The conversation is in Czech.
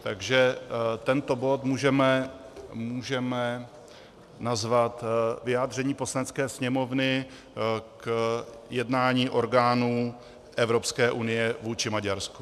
Takže tento bod můžeme nazvat Vyjádření Poslanecké sněmovny k jednání orgánů Evropské unie vůči Maďarsku.